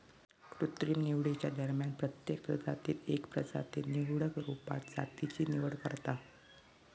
कृत्रिम निवडीच्या दरम्यान प्रत्येक प्रजातीत एक प्रजाती निवडक रुपात जातीची निवड करता